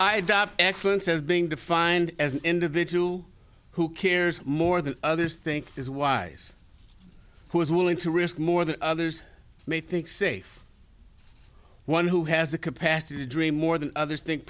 operation excellence is being defined as an individual who cares more than others think is wise who is willing to risk more than others may think see one who has the capacity to dream more than others think